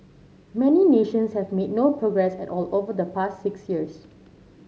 many nations have made no progress at all over the past six years